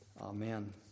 Amen